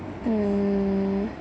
mm